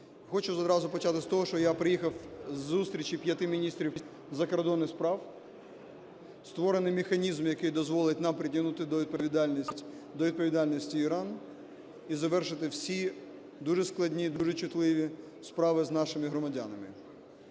Хочу одразу почати з того, що я приїхав із зустрічі п'яти міністрів закордонних справ. Створений механізм, який дозволить нам притягнути до відповідальності Іран і завершити всі дуже складні, дуже чутливі справи з нашими громадянами.